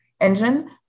engine